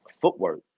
Footwork